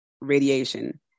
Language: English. radiation